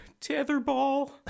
tetherball